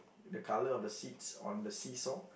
the colour of the seats on the sea saw